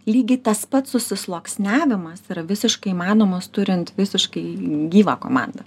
lygiai tas pats susisluoksniavimas yra visiškai įmanomas turint visiškai gyvą komandą